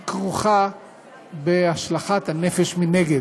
שכרוכה בהשלכת הנפש מנגד.